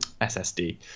ssd